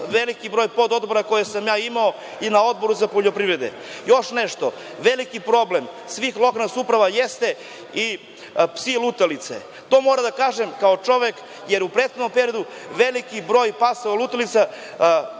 velikom broju pododbora koje sam imao i na Odboru za poljoprivredu. Još nešto, veliki problem svih lokalnih samouprava jesu i psi lutalice. To moram da kažem kao čovek, jer u prethodnom periodu veliki broj pasa lutalica